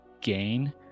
gain